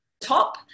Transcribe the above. top